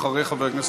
אחרי חבר הכנסת,